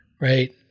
right